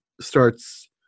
starts